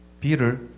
Peter